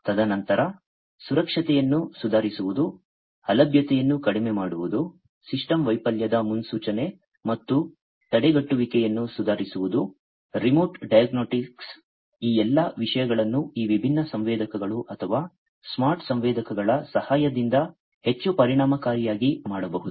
ತದನಂತರ ಸುರಕ್ಷತೆಯನ್ನು ಸುಧಾರಿಸುವುದು ಅಲಭ್ಯತೆಯನ್ನು ಕಡಿಮೆ ಮಾಡುವುದು ಸಿಸ್ಟಮ್ ವೈಫಲ್ಯದ ಮುನ್ಸೂಚನೆ ಮತ್ತು ತಡೆಗಟ್ಟುವಿಕೆಯನ್ನು ಸುಧಾರಿಸುವುದು ರಿಮೋಟ್ ಡಯಾಗ್ನೋಸ್ಟಿಕ್ಸ್ ಈ ಎಲ್ಲಾ ವಿಷಯಗಳನ್ನು ಈ ವಿಭಿನ್ನ ಸಂವೇದಕಗಳು ಅಥವಾ ಸ್ಮಾರ್ಟ್ ಸಂವೇದಕಗಳ ಸಹಾಯದಿಂದ ಹೆಚ್ಚು ಪರಿಣಾಮಕಾರಿಯಾಗಿ ಮಾಡಬಹುದು